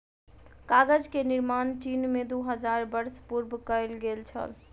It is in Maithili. कागज के निर्माण चीन में दू हजार वर्ष पूर्व कएल गेल छल